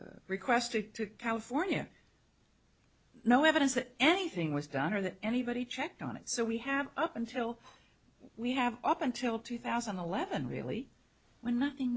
requests to california no evidence that anything was done or that anybody checked on it so we have up until we have up until two thousand and eleven really when nothing